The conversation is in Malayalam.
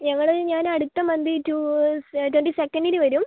ഞങ്ങള് ഞാൻ അടുത്ത മൻന്ത് ടൂ ട്വൻറ്റി സെക്കൻറ്റിന് വരും